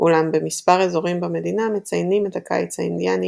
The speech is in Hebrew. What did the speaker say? אולם במספר אזורים במדינה מציינים את הקיץ האינדיאני